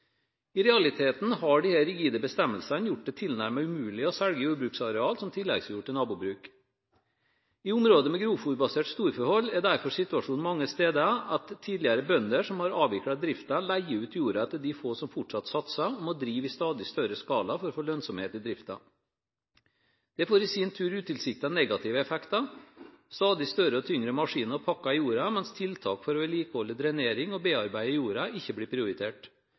I realiteten har disse rigide bestemmelsene gjort det tilnærmet umulig å selge jordbruksarealer som tilleggsjord til nabobruk. I områder med grovfôrbasert storfehold er derfor situasjonen mange steder at tidligere bønder som har avviklet driften, leier ut jorda til de få som fortsatt satser, og må drive i stadig større skala for å få lønnsomhet i driften. Det får i sin tur utilsiktede negative effekter: Stadig større og tyngre maskiner pakker jorda, mens tiltak for å vedlikeholde drenering og bearbeide jorda ikke blir prioritert.